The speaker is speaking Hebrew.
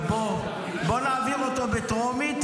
אבל בוא נעביר אותו בטרומית,